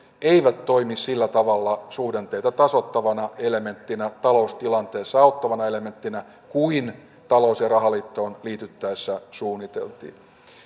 eivät toimi sillä tavalla suhdanteita tasoittavana elementtinä taloustilanteessa auttavana elementtinä kuin talous ja rahaliittoon liityttäessä suunniteltiin